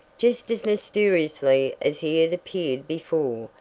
just as mysteriously as he had appeared before,